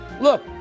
Look